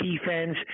defense